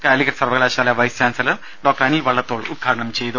കാലിക്കറ്റ് സർവ്വകലാശാല vice chancellor Anil Vallathol ഉദ്ഘാടനം ചെയ്തു